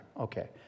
Okay